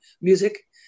music